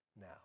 now